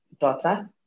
daughter